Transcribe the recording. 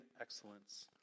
excellence